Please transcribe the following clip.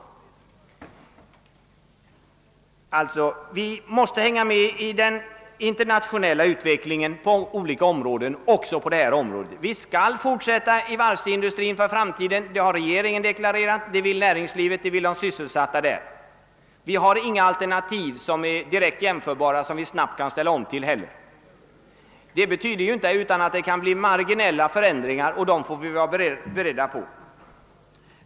Vi måste hänga med i den internationella utvecklingen på olika områden — också på detta område. Vi skall fortsätta i varvsindustrin för framtiden. Det har regeringen deklarerat, det vill näringslivet, det vill de som är sysselsatta inom den industrin. Vi har inte heller några direkt jämförbara alternativ som vi snabbt kan ställa om till. Det betyder inte att det inte kan bli marginella förändringar; dem får vi vara beredda på.